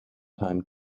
time